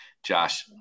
Josh